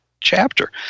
chapter